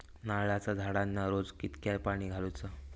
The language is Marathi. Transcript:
नारळाचा झाडांना रोज कितक्या पाणी घालुचा?